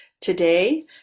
Today